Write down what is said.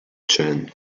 chen